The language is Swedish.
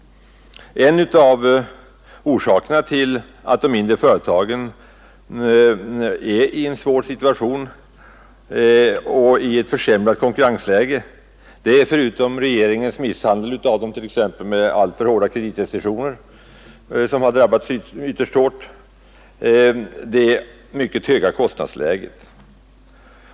En av orsakerna till att de mindre företagen befinner sig i en så svår situation och i ett försämrat konkurrensläge är — förutom regeringens misshandel av dem t.ex. genom alltför hårda kreditrestriktioner, som har drabbat företagen ytterst hårt — det mycket höga kostnadsläget.